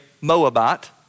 Moabite